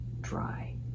dry